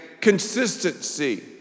consistency